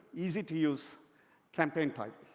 easy-to-use campaign type.